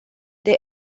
they